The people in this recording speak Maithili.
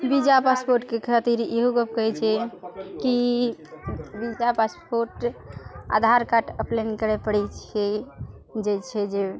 बीजा पासपोर्टके खातिर इहो गप कहै छै की visa passport Aadhaar card apply नहि करए पड़ै छै जे छै जे